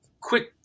quick